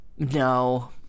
No